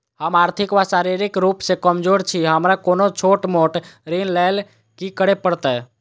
हम आर्थिक व शारीरिक रूप सँ कमजोर छी हमरा कोनों छोट मोट ऋण लैल की करै पड़तै?